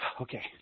okay